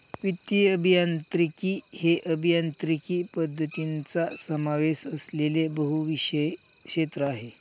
वित्तीय अभियांत्रिकी हे अभियांत्रिकी पद्धतींचा समावेश असलेले बहुविषय क्षेत्र आहे